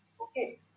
okay